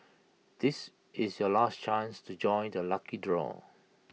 this is your last chance to join the lucky draw